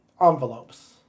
envelopes